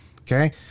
okay